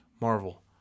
Marvel